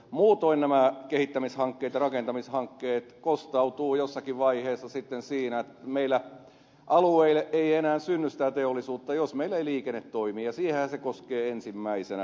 muutoin nämä kehittämishankkeet ja rakentamishankkeet kostautuvat jossakin vaiheessa sitten siinä että meillä alueille ei enää synny sitä teollisuutta jos meillä ei liikenne toimi ja siihenhän se koskee ensimmäisenä